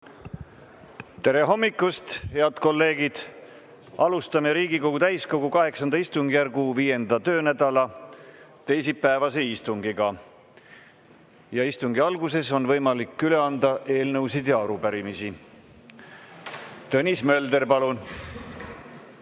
Tere hommikust, head kolleegid! Alustame Riigikogu täiskogu VIII istungjärgu 5. töönädala teisipäevast istungit. Istungi alguses on võimalik üle anda eelnõusid ja arupärimisi. Tõnis Mölder, palun!